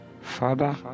Father